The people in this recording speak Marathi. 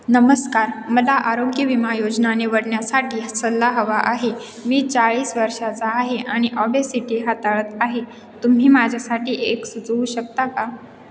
नमस्कार मला आरोग्य विमा योजना निवडण्यासाठी सल्ला हवा आहे मी चाळीस वर्षाचा आहे आणि ऑबेसिटी हाताळत आहे तुम्ही माझ्यासाठी एक सुचवू शकता का